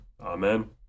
Amen